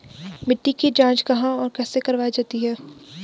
मिट्टी की जाँच कहाँ और कैसे करवायी जाती है?